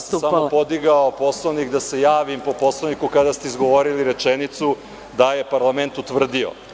Samo sam podigao Poslovnik da se javim po Poslovniku kada ste izgovorili rečenicu da je parlament utvrdio.